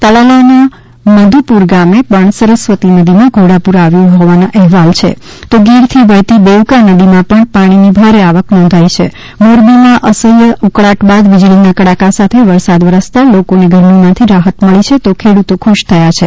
તાલાલા ના મધુપુર ગામે પણ સરસ્વતી નદી માં ઘોડાપૂર આવ્યું હોવાના અહેવાલ છે તો ગીર થી વહેતી દેવકા નદી માં પણ પાણી ની ભારે આવક નોંધાઈ છે મોરબીમાં અસહ્ય ઉકળાટ બાદ વીજળીના કડાકા સાથે વરસાદ વરસતા લોકોને ગરમીમાં રાહત મળી છે તો ખેડૂતો ખુશ થયા છે